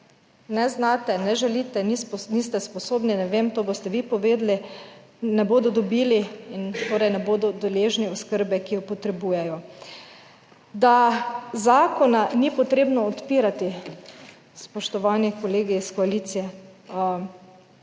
ne znate, ne želite, niste sposobni, ne vem, to boste vi povedali - ne bodo dobili in torej ne bodo deležni oskrbe, ki jo potrebujejo. Da zakona ni potrebno odpirati? Spoštovani kolegi iz koalicije,